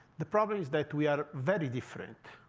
the problem is that we are very different,